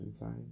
inside